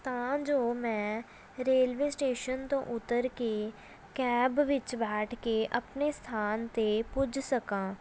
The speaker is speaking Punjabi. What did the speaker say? ਤਾਂ ਜੋ ਮੈਂ ਰੇਲਵੇ ਸਟੇਸ਼ਨ ਤੋਂ ਉਤਰ ਕੇ ਕੈਬ ਵਿੱਚ ਬੈਠ ਕੇ ਆਪਣੇ ਸਥਾਨ 'ਤੇ ਪੁੱਜ ਸਕਾਂ